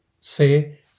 say